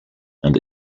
and